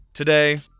Today